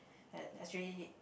and especially